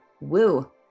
woo